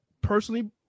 personally